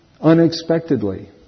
unexpectedly